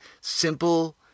simple